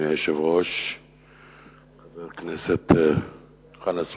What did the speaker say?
חבר הכנסת חנא סוייד,